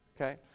Okay